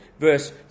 Verse